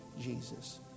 Jesus